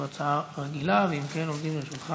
זאת הצעה רגילה, ואם כן, עומדות לרשותך